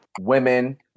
women